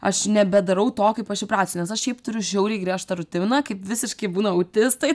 aš nebedarau to kaip aš įpratus nes aš šiaip turiu žiauriai griežtą rutiną kaip visiškai būna autistai